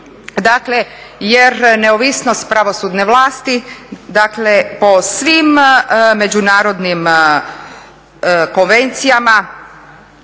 Dakle, jer neovisnost pravosudne vlasti, dakle po svim međunarodnim konvencijama,